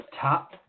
Top